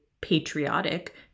patriotic